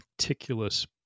meticulous